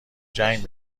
جنگ